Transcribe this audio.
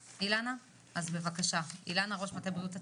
אילנה, ראש מטה בריאות הציבור,